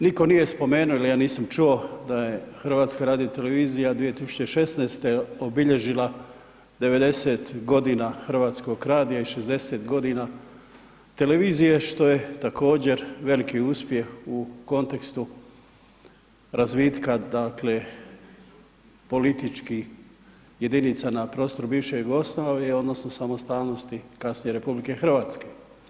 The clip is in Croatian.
Nitko nije spomenuo, ili ja nisam čuo da je Hrvatska radio televizija 2016.-te obilježila 90 godina Hrvatskog radija i 60 godina televizije što je također veliki uspjeh u kontekstu razvitka, dakle, političkih jedinica na prostoru bivše Jugoslavije odnosno samostalnosti kasnije Republike Hrvatske.